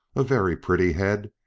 a very pretty head,